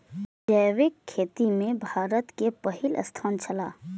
जैविक खेती में भारत के पहिल स्थान छला